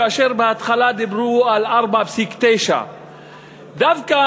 כאשר בהתחלה דיברו על 4.9. דווקא,